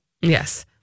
Yes